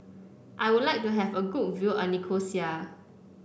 I would like to have a good view of Nicosia